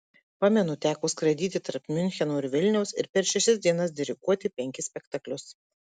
pamenu teko skraidyti tarp miuncheno ir vilniaus ir per šešias dienas diriguoti penkis spektaklius